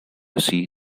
see